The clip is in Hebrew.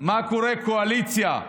מה קורה, קואליציה?